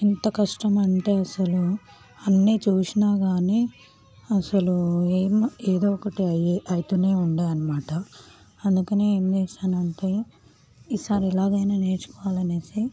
ఎంత కష్టమంటే అసలు అన్నీ చూసినా గానీ అసలు ఏం ఏదో ఒకటి అయ్యే అవుతూనే ఉండేదనమాట అందుకనే ఏం చేసానంటే ఈసారి ఎలాగైనా నేర్చుకోవాలనేసి